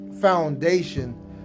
foundation